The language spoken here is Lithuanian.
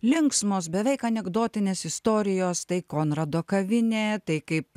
linksmos beveik anekdotinės istorijos tai konrado kavinė tai kaip